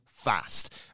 Fast